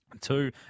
Two